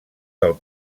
del